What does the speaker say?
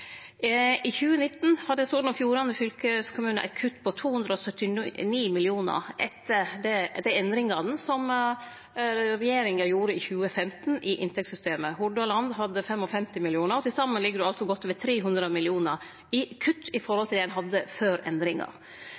I 2019 hadde Sogn og Fjordane fylkeskommune eit kutt på 279 mill. kr etter endringane i inntektssystemet som regjeringa gjorde i 2015. Hordaland hadde eit kutt på 55 mill. kr. Til saman er det altså godt over 300 mill. kr i kutt samanlikna med det ein hadde før